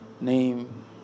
name